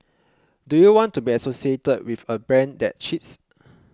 do you want to be associated with a brand that cheats